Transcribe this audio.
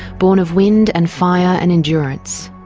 born of wind and fire and endurance.